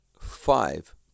five